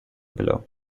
below